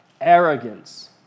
arrogance